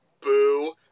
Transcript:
boo